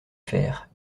faire